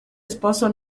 esposo